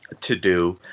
to-do